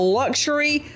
luxury